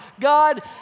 God